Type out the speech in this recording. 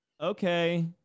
Okay